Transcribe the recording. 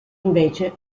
invece